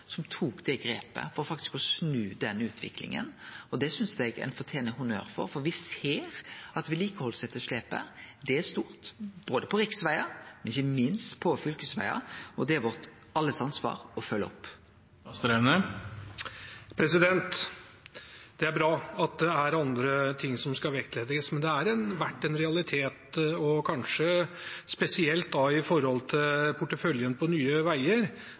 som tok grep for å snu den utviklinga, og det synest eg han fortener honnør for. Me ser at vedlikehaldsetterslepet er stort, både på riksvegar og, ikkje minst, på fylkesvegar. Det er det alle sitt ansvar å følgje opp. Det er bra at det er andre ting som skal vektlegges. Det har vært en realitet, og kanskje spesielt når det gjelder porteføljen til Nye Veier, at det er disse samfunnsøkonomiske analysene og årsdøgntrafikk som blir tillagt vekt. Gudbrandsdalen var nevnt her i